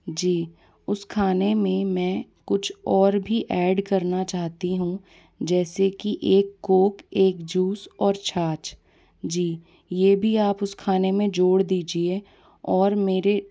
जी उस खाने में मैं कुछ और भी एड करना चाहती हूँ जैसे कि एक कोक एक जूस और छाछ जी यह भी आप उस खाने में जोड़ दीजिए और मेरे